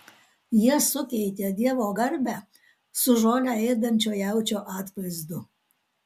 jie sukeitė dievo garbę su žolę ėdančio jaučio atvaizdu